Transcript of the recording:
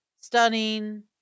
stunning